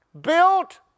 built